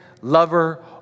lover